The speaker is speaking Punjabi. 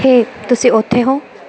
ਹੇ ਤੁਸੀਂ ਉੱਥੇ ਹੋ